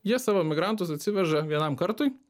jie savo migrantus atsiveža vienam kartui